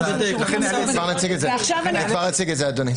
אני כבר אציג את זה, אדוני.